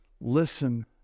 listen